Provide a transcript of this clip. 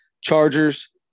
Chargers